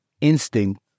instinct